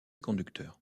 conducteurs